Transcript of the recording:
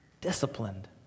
disciplined